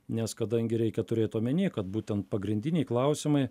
nes kadangi reikia turėt omenyje kad būtent pagrindiniai klausimai